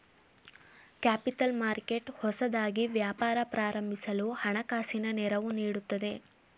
capital market ಹೊಸದಾಗಿ ವ್ಯಾಪಾರ ಪ್ರಾರಂಭಿಸಲು ಹಣಕಾಸಿನ ನೆರವು ನೀಡುತ್ತದೆ